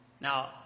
Now